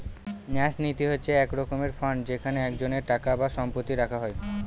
ন্যাস নীতি হচ্ছে এক রকমের ফান্ড যেখানে একজনের টাকা বা সম্পত্তি রাখা হয়